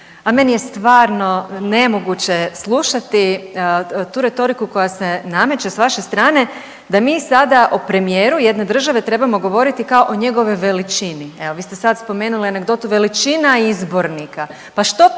meni je stvarno nemoguće slušati tu retoriku koja se nameće s vaše strane da mi sada o premijeru jedne države trebamo govoriti kao o njegovoj veličini. Evo, vi ste sad spomenuli anegdotu veličina izbornika,